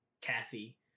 kathy